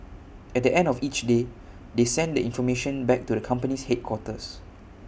at the end of each day they send the information back to the company's headquarters